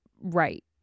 right